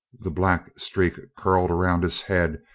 the black streak curled around his head,